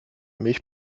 milch